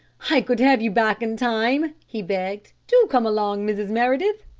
i could have you back in time, he begged. do come along, mrs. meredith!